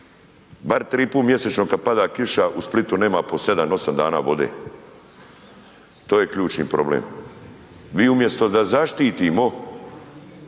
bar 3 put mjesečno kad pada kiša u Splitu nema po 7-8 dana vode, to je ključni problem. Vi umjesto da zaštitimo